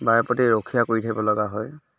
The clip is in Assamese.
বাৰেপতি ৰখীয়া কৰি থাকিব লগা হয়